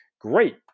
great